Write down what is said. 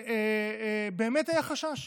ובאמת היה חשש